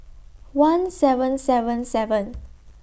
one seven seven seven